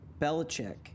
Belichick